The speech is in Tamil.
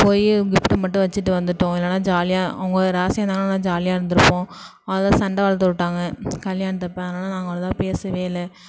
போய் கிஃப்ட் மட்டும் வச்சிட்டு வந்துட்டோம் இல்லைன்னா ஜாலியாக அவங்க ராசியாக இருந்தாங்கன்னா எல்லாம் ஜாலியாக இருந்திருப்போம் அதான் சண்டை வளர்த்து விட்டாங்க கல்யாணத்தப்போ அதனால் நாங்கள் அவ்வளதா பேசவே இல்லை